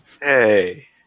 Hey